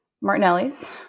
Martinelli's